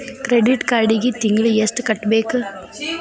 credit ಕಾರ್ಡಿಗಿ ತಿಂಗಳಿಗಿ ಎಷ್ಟ ಕಟ್ಟಬೇಕ